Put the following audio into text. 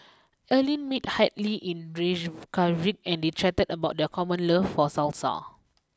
Earline met Hadley in Reykjavik and they chatted about their common love for Salsa